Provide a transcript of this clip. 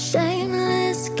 Shameless